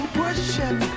pushing